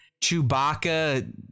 Chewbacca